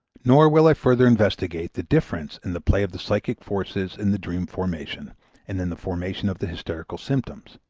nor will i further investigate the difference in the play of the psychic forces in the dream formation and in the formation of the hysterical symptoms,